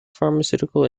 pharmaceutical